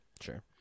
Sure